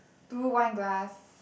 two wine glass